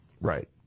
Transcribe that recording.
Right